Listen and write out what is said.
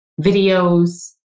videos